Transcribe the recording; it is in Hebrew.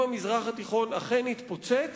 אם המזרח התיכון אכן יתפוצץ,